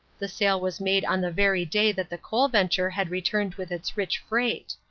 the sale was made on the very day that the coal venture had returned with its rich freight.